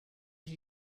did